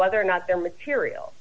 whether or not their material